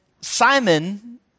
Simon